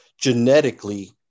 genetically